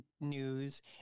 news